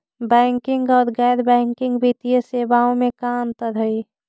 Banking और गैर banking वित्तीय सेवाओं में का अंतर हइ?